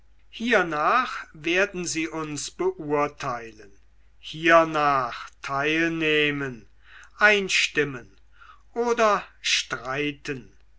hiernach werden sie uns beurteilen hiernach teilnehmen einstimmen oder streiten